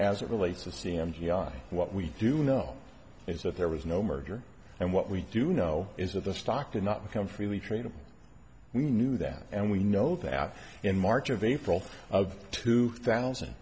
as it relates to c m g i what we do know is that there was no merger and what we do know is that the stock did not become freely tradable we knew that and we know that in march of april of two thousand